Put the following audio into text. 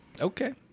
Okay